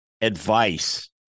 advice